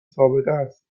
سابقست